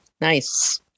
nice